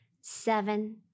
seven